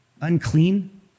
unclean